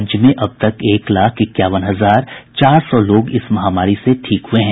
राज्य में अब तक एक लाख इक्यावन हजार चार सौ लोग इस महामारी से ठीक हुए हैं